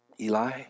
Eli